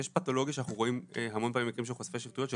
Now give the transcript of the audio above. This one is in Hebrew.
יש פתולוגיה שאנחנו רואים המון פעמים של חושפי שחיתויות של